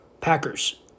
Packers